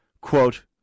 quote